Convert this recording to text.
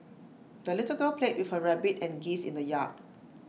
the little girl played with her rabbit and geese in the yard